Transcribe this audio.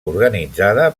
organitzada